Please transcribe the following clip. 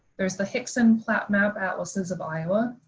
there is the hixson plat map atlases of iowa,